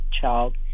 child